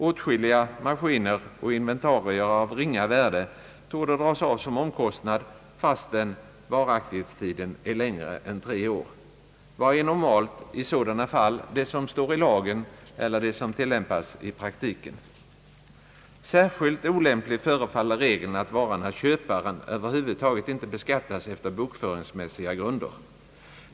Åtskilliga maskiner och inventarier av ringa värde torde dras av som omkostnad fastän varaktighetstiden är längre än tre år. Vad är normalt i sådana fall — det som står i lagen eller det som tillämpas i praktiken? Särskilt olämplig förefaller regeln att vara när köparen över huvud taget inte beskattas efter bokföringsmässiga grunder.